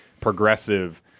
progressive